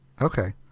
Okay